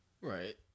Right